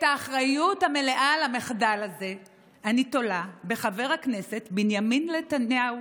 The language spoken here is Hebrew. את האחריות המלאה למחדל הזה אני תולה בחבר הכנסת בנימין נתניהו,